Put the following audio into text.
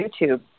YouTube